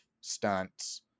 stunts